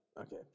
okay